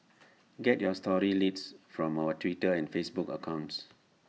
get your story leads from our Twitter and Facebook accounts